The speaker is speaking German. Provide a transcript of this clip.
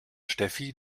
steffi